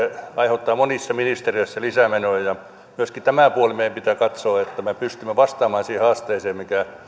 aiheuttaa monissa ministeriöissä lisämenoja myöskin tämä puoli meidän pitää katsoa että me pystymme vastaamaan siihen haasteeseen mikä